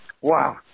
wow